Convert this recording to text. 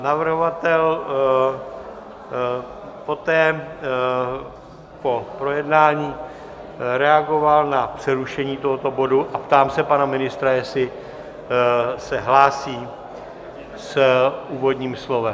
Navrhovatel poté po projednání reagoval na přerušení tohoto bodu a ptám se pana ministra, jestli se hlásí s úvodním slovem.